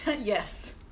Yes